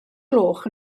gloch